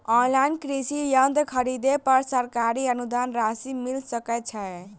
Online कृषि यंत्र खरीदे पर सरकारी अनुदान राशि मिल सकै छैय?